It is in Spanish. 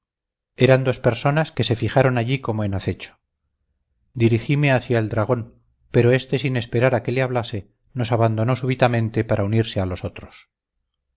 eran dos personas que se fijaron allí como en acecho dirigime hacia el dragón pero este sin esperar a que le hablase nos abandonó súbitamente para unirse a los otros